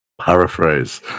Paraphrase